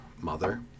mother